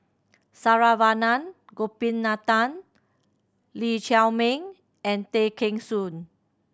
Saravanan Gopinathan Lee Chiaw Meng and Tay Kheng Soon